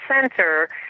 center